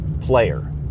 player